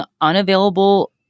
unavailable